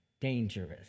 dangerous